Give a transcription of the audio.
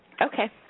Okay